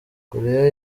korea